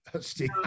steve